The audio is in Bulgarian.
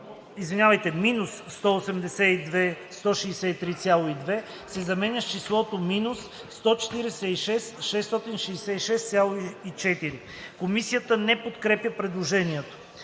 „-182 163,2“ се заменя с числото ,,-146 666,4“.“ Комисията не подкрепя предложението.